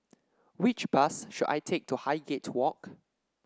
which bus should I take to Highgate Walk